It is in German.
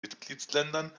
mitgliedsländern